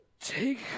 Take